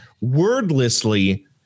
wordlessly